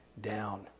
down